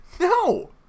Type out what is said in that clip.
No